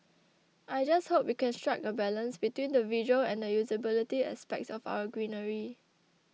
I just hope we can strike a balance between the visual and the usability aspects of our greenery